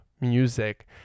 music